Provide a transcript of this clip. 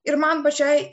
ir man pačiai